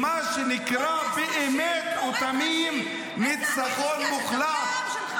מה שקרה אחר כך זה קרב מאסף שיש בו הפסדים גדולים.